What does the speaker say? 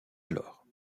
alors